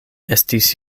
estis